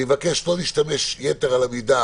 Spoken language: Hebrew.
אני מבקש לא להשתמש יתר על המידה